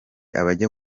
abajya